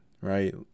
right